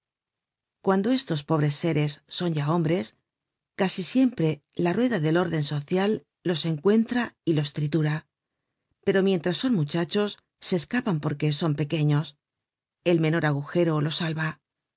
cuando estos pobres seres son ya homhres casi siempre la rueda del orden social los encuentra y los tritura pero mientras son muchachos se escapan porque son pequeños el menor agujero los salva